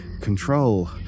control